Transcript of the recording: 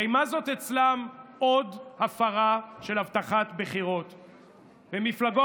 הרי מה זה אצלם עוד הפרה של הבטחת בחירות במפלגות,